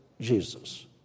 jesus